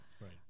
Right